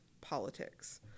politics